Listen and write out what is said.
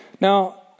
Now